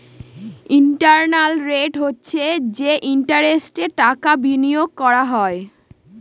internal rate হচ্ছে যে ইন্টারেস্টে টাকা বিনিয়োগ করা হয়